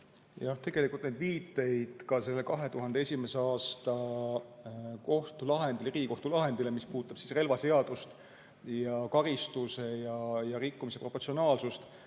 Jah, tegelikult need viited sellele 2001. aasta kohtulahendile, Riigikohtu lahendile, mis puudutab relvaseadust ning karistuse ja rikkumise proportsionaalsust,